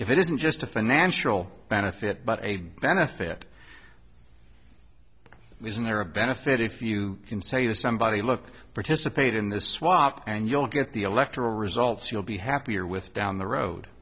if it isn't just a financial benefit but a benefit isn't there a benefit if you can say to somebody look participate in this swap and you'll get the electoral results you'll be happier with down the road